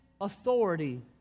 authority